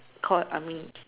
cord I mean